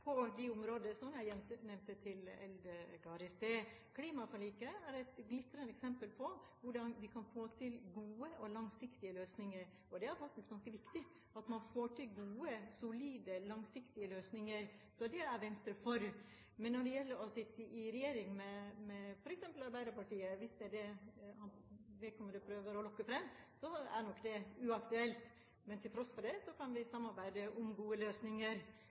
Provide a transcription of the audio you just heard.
på de områder som jeg nevnte til representanten Eldegard i stad. Klimaforliket er et glitrende eksempel på hvordan vi kan få til gode og langsiktige løsninger. Det er faktisk ganske viktig at man får til gode, solide og langsiktige løsninger, så det er Venstre for. Men når det gjelder å sitte i regjering med f.eks. Arbeiderpartiet, hvis det er det representanten prøver å lokke fram, er nok det uaktuelt. Men til tross for det kan vi samarbeide om gode løsninger.